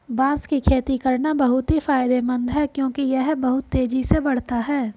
बांस की खेती करना बहुत ही फायदेमंद है क्योंकि यह बहुत तेजी से बढ़ता है